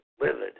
livid